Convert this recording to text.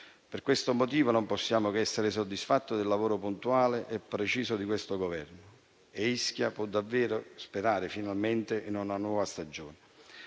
Per questo motivo non possiamo che essere soddisfatti del lavoro puntuale e preciso di questo Governo e Ischia può davvero sperare finalmente in una nuova stagione.